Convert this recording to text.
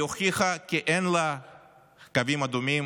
היא הוכיחה כי אין לה קווים אדומים